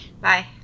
Bye